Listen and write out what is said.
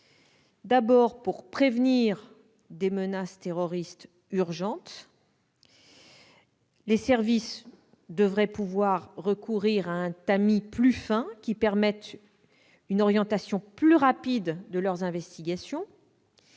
D'abord, pour prévenir des menaces terroristes urgentes, les services doivent pouvoir recourir à un tamis plus fin, permettant une orientation plus rapide de leurs investigations.